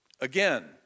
Again